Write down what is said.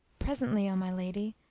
presently, o my lady,